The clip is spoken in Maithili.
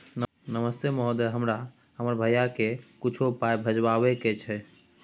नमस्ते महोदय, हमरा हमर भैया के कुछो पाई भिजवावे के छै?